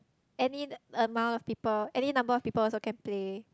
any amount of people any number of people also can play